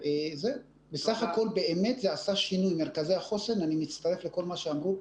בסך הכול, מרכזי החוסן עשו שינוי.